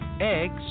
eggs